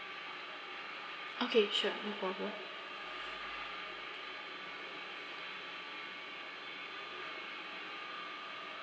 okay sure no problem